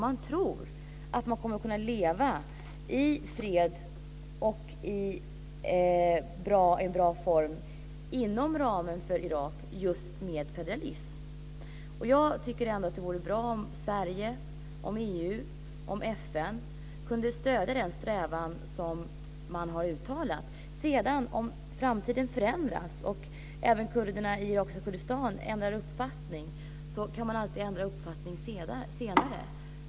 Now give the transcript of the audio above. Man tror att man kommer att kunna leva i fred i Irak med hjälp av just federalism. Det vore bra om Sverige, EU, FN, kunde stödja den strävan man har uttalat. Om framtiden förändras kan kurderna i irakiska Kurdistan ändra uppfattning senare.